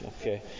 Okay